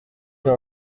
j’ai